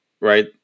Right